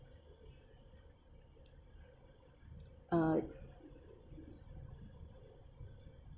uh